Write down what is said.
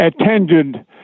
attended